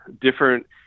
different